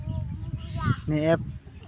app